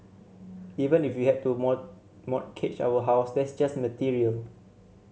even if we had to more mortgage our house that's just material